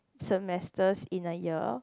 semesters in a year